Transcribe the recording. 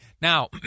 now